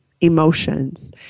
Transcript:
emotions